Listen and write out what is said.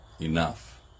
enough